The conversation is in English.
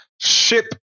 ship